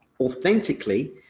authentically